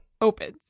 opens